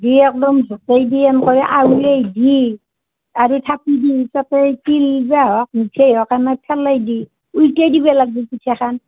দি একদম ঘোকটেই দি এনকৰে আউলেই দি তাতে থাপি দি তাতে তিল বা হওঁক মিঠেই হওঁক এনাই ফেলেই দি উলতেই দিবা লাগিব পিঠাখন